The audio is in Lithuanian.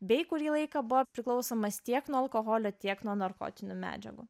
bei kurį laiką buvo priklausomas tiek nuo alkoholio tiek nuo narkotinių medžiagų